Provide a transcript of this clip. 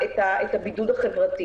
הבידוד החברתי